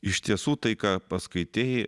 iš tiesų tai ką paskaitei